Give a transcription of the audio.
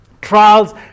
Trials